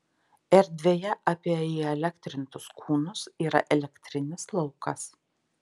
erdvėje apie įelektrintus kūnus yra elektrinis laukas